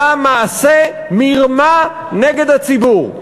היה מעשה מרמה נגד הציבור,